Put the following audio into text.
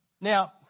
Now